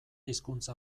hizkuntza